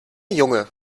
junge